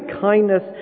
kindness